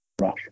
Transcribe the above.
Rush